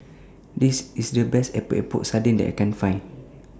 This IS The Best Epok Epok Sardin that I Can Find